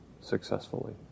successfully